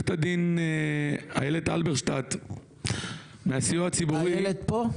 עורכת הדין איילת הלברשטט מהסיוע הציבורי --- איילת פה?